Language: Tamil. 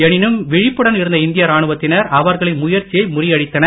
எனினும் விழிப்புடன் இருந்த இந்திய ராணுவத்தினர் அவர்களின் முயற்சியை முறியடித்தனர்